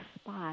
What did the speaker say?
spot